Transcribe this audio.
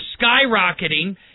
skyrocketing